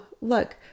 look